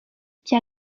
qui